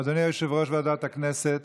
אדוני ישב-ראש ועדת הכנסת